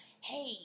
hey